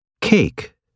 Cake